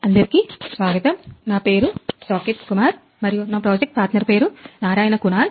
అందరికీ స్వాగతం నా పేరు సాకేత్ కుమార్ మరియు నా ప్రాజెక్ట్ పార్టనర్ పేరు నారాయణ కునాల్